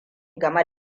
game